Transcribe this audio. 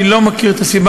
אני לא מכיר את הסיבה,